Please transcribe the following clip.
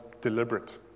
deliberate